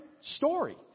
story